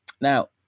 Now